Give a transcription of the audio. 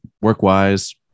work-wise